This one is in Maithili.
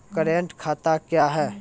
करेंट खाता क्या हैं?